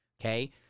okay